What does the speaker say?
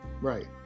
Right